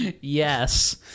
yes